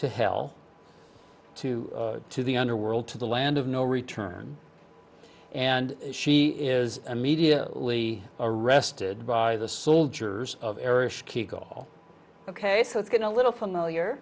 to hell to to the underworld to the land of no return and she is immediately arrested by the soldiers ok so it's going to little familiar